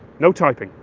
no typing,